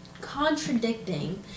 contradicting